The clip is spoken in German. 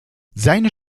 seine